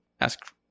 ask